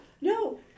no